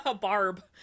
barb